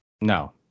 No